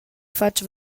fatg